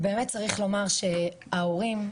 צריך לומר שההורים,